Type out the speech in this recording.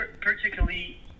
particularly